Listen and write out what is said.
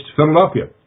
Philadelphia